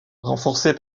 renforcés